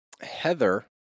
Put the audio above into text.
Heather